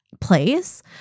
place